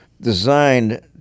designed